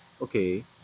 Okay